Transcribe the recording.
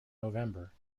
november